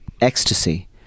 ecstasy